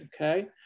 okay